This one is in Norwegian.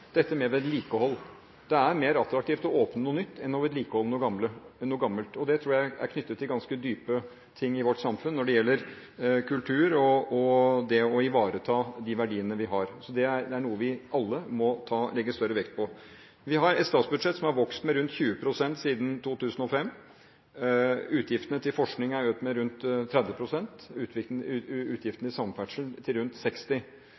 dette med vedlikehold er en stor utfordring i vårt samfunn. Det er mer attraktivt å åpne noe nytt enn å vedlikeholde noe gammelt. Det tror jeg er knyttet til ganske dype ting i vårt samfunn når det gjelder kultur og det å ivareta de verdiene vi har. Så det er noe vi alle må legge større vekt på. Vi har et statsbudsjett som har vokst med rundt 20 pst. siden 2005. Utgiftene til forskning er økt med rundt 30 pst. og utgiftene til samferdsel med rundt 60